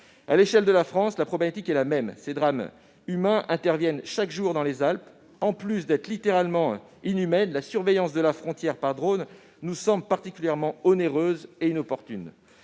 À l'échelle de la France, la problématique est la même : de tels drames humains ont lieu chaque jour dans les Alpes. En plus d'être littéralement inhumaine, la surveillance de la frontière par drones nous semble particulièrement onéreuse et inopportune.